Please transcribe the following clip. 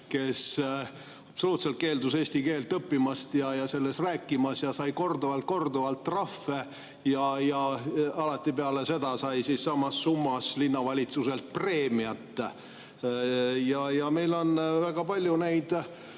kes absoluutselt keeldus eesti keelt õppimast ja selles rääkimast ja sai korduvalt-korduvalt trahve ja alati peale seda sai samas summas linnavalitsuselt preemiat. Meil on väga palju neid